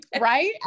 right